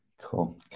Cool